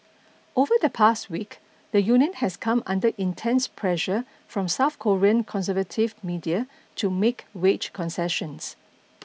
over the past week the union has come under intense pressure from South Korean conservative media to make wage concessions